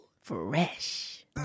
fresh